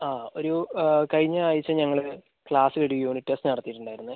ആ ഒരു കഴിഞ്ഞ ആഴ്ച്ച ഞങ്ങൾ ക്ലാസ്സിൽ ഒരു യൂണിറ്റ് ടെസ്റ്റ് നടത്തിയിട്ടുണ്ടായിരുന്നേ